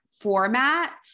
format